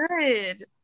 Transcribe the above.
good